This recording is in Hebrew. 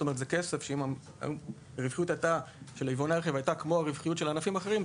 היא שאם הרווחיות של יבואני הרכב הייתה כמו רווחיות של ענפים אחרים,